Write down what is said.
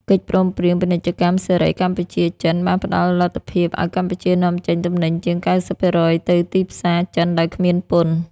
កិច្ចព្រមព្រៀងពាណិជ្ជកម្មសេរីកម្ពុជា-ចិន បានផ្ដល់លទ្ធភាពឱ្យកម្ពុជានាំចេញទំនិញជាង ៩០% ទៅទីផ្សារចិនដោយគ្មានពន្ធ។